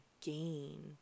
gain